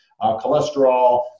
cholesterol